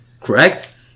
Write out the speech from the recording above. correct